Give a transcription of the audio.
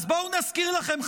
אז בואו נזכיר לכם,